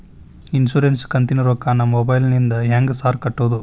Insurance ಕಂತಿನ ರೊಕ್ಕನಾ mobile ಫೋನಿಂದ ಹೆಂಗ್ ಸಾರ್ ಕಟ್ಟದು?